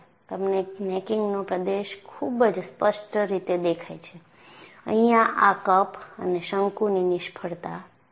તમને નેકીંગનો પ્રદેશ ખૂબ જ સ્પષ્ટ રીતે દેખાય છે અહિયાં આ કપ અને શંકુની નિષ્ફળતા છે